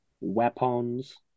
Weapons